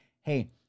hey